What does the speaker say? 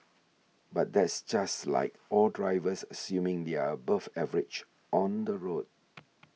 but that's just like all drivers assuming they are above average on the road